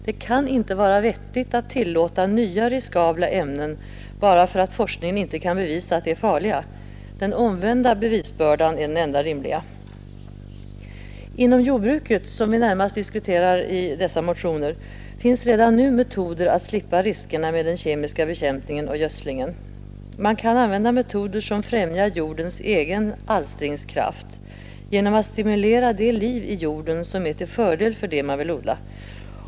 Det kan inte vara vettigt att tillåta nya riskabla ämnen, bara för att forskningen inte kan bevisa att de är farliga. Den omvända bevisbördan är den enda rimliga. Inom jordbruket, som vi närmast diskuterar i dessa motioner, finns redan nu metoder att slippa riskerna med den kemiska bekämpningen och gödslingen. Man kan använda metoder som främjar jordens egen alstringskraft, genom att stimulera det liv i jorden som är till fördel för det man vill odla.